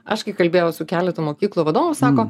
aš kai kalbėjau su keletu mokyklų vadovų sako